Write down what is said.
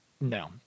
No